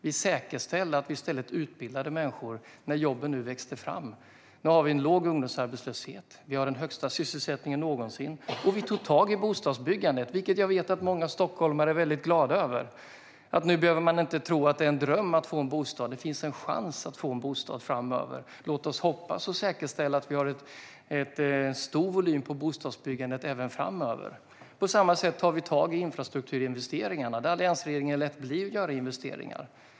Vi säkerställde att vi i stället utbildade människor när jobben växte fram. Nu har vi en låg ungdomsarbetslöshet. Vi har den högsta sysselsättningen någonsin. Vi tog dessutom tag i bostadsbyggandet, vilket jag vet att många stockholmare är väldigt glada över. Nu behöver man inte tro att det är en dröm att få en bostad, utan det finns en chans att få en bostad framöver. Låt oss hoppas, och låt oss säkerställa, att vi har en stor volym på bostadsbyggandet även framöver! På samma sätt tar vi tag i infrastrukturinvesteringarna, där alliansregeringen lät bli att göra investeringar.